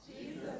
Jesus